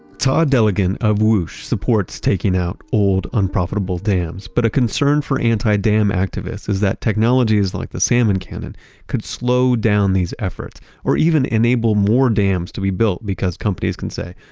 todd deligan of whoosh supports taking out old, unprofitable dams. but a concern for anti-dam activists is that technologies like the salmon cannon could slow down these efforts or even enable more dams to be built because companies can say,